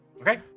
okay